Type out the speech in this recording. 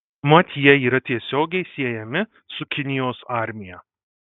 mat jie yra tiesiogiai siejami su kinijos armija